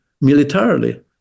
militarily